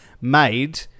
made